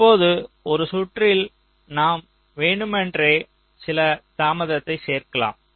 இப்போது ஒரு சுற்றில் நாம் வேண்டுமென்றே சிறிது தாமதத்தை சேர்க்கலாம்